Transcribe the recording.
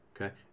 okay